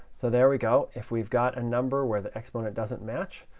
so there we go. if we've got a number where the exponent doesn't match,